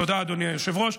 תודה, אדוני היושב-ראש.